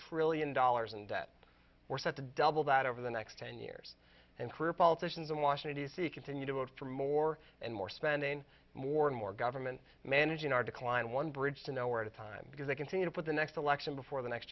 trillion dollars in debt we're set to double that over the next ten years and career politicians in washington d c continue to vote for more and more spending more and more government managing our decline one bridge to nowhere at a time because they continue to put the next election before the next